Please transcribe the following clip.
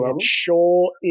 sure